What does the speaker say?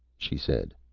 she said,